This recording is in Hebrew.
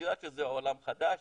בגלל שזה עולם חדש,